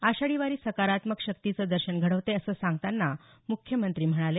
आषाढी वारी सकारात्मक शक्तीचे दर्शन घडवते असं सांगतांना मुख्यमंत्री म्हणाले